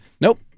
Nope